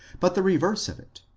but the reverse of it,